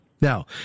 Now